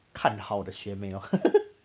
看好的学妹 loh